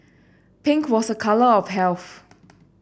pink was a colour of health